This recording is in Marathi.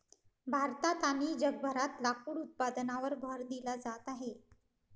भारतात आणि जगभरात लाकूड उत्पादनावर भर दिला जात आहे